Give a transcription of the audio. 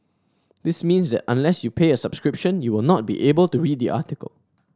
this means that unless you pay a subscription you will not be able to read the article